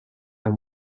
and